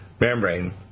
membrane